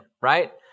Right